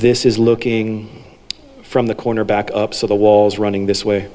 this is looking from the corner back up so the walls running this way